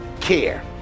care